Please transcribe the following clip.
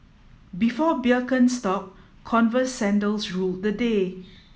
before Birkenstock Converse sandals ruled the day